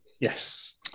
Yes